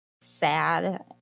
sad